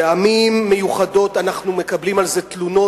פעמים מיוחדות אנחנו מקבלים על זה תלונות,